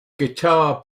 guitar